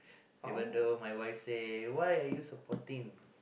even though my wife say why are you supporting